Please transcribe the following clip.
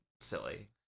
silly